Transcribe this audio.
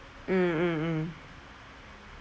mm mm mm